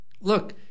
look